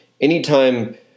anytime